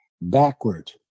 backward